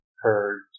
heard